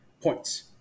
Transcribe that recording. points